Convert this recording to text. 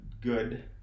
good